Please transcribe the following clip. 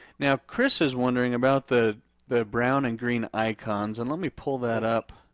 now chris is wondering about the the brown and green icons, and let me pull that up.